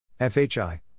FHI